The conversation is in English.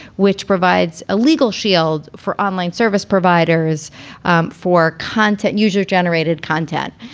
which provides a legal shield for online service providers um for content user generated content.